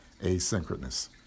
asynchronous